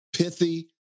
Pithy